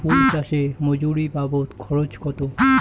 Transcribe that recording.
ফুল চাষে মজুরি বাবদ খরচ কত?